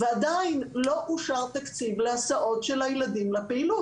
ועדיין לא אושר תקציב להסעות של הילדים לפעילות.